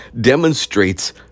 demonstrates